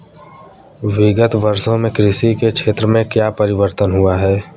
विगत वर्षों में कृषि के क्षेत्र में क्या परिवर्तन हुए हैं?